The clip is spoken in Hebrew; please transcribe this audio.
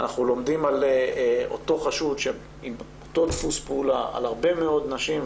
אנחנו לומדים על אותו חשוד עם אותו דפוס פעולה על הרבה מאוד נשים.